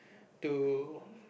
to